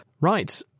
Right